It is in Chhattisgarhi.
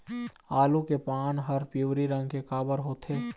आलू के पान हर पिवरी रंग के काबर होथे?